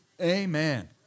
amen